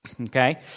Okay